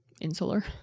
insular